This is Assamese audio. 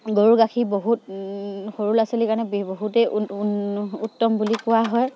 গৰু গাখীৰ বহুত সৰু ল'ৰা ছোৱালীৰ কাৰণে বি বহুতেই উত্তম বুলি কোৱা হয়